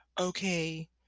okay